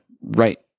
Right